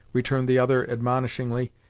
returned the other admonishingly.